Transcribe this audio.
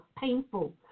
painful